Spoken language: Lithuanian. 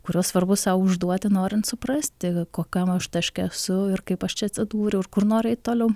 kuriuos svarbu sau užduoti norint suprasti kokiam aš taške esu ir kaip aš čia atsidūriau ir kur nori eit toliau